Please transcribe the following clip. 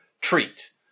treat